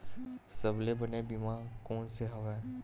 सबले बने बीमा कोन से हवय?